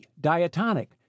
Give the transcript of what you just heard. diatonic